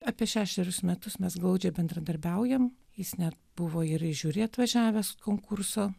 apie šešerius metus mes glaudžiai bendradarbiaujame jis net buvo ir žiūri atvažiavęs konkurso